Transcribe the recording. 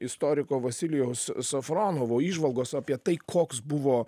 istoriko vasilijaus safronovo įžvalgos apie tai koks buvo